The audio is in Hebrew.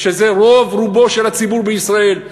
שזה רוב רובו של הציבור בישראל,